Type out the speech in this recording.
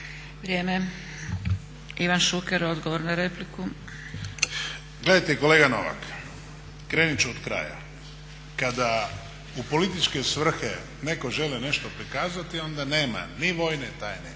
Vrijeme. Ivan Šuker, odgovor na repliku. **Šuker, Ivan (HDZ)** Gledajte kolega Novak krenut ću od kraja. Kada u političke svrhe netko želi nešto prikazati onda nema ni vojne tajne